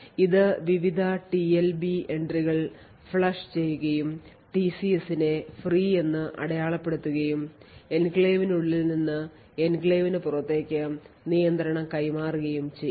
ഇത് വിവിധ ടിഎൽബി എൻട്രികൾ ഫ്ലഷ് ചെയ്യുകയും ടിസിഎസിനെ free എന്നു അടയാളപ്പെടുത്തുകയും എൻക്ലേവിനുള്ളിൽ നിന്ന് എൻക്ലേവിന് പുറത്തേക്ക് നിയന്ത്രണം കൈമാറുകയും ചെയ്യും